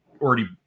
already